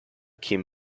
kim